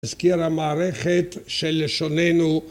אזכיר המערכת של לשוננו